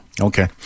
Okay